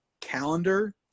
calendar